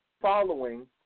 following